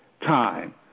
Time